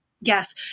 Yes